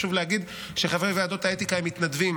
חשוב להגיד שחברי ועדות האתיקה הם מתנדבים.